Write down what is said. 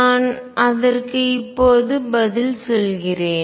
நான் அதற்கு இப்போது பதில் சொல்கிறேன்